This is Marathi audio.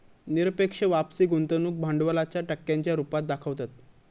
निरपेक्ष वापसी गुंतवणूक भांडवलाच्या टक्क्यांच्या रुपात दाखवतत